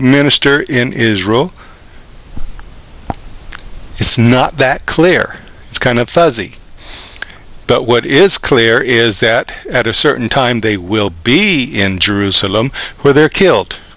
minister in israel it's not that clear it's kind of fuzzy but what is clear is that at a certain time they will be in jerusalem where they're killed